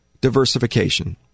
diversification